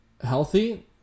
Healthy